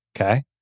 Okay